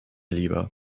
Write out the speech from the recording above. lieber